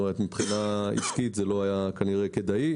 מבחינה עסקית זה כנראה לא היה כדאי.